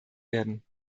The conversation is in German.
werden